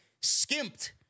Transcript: skimped